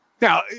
Now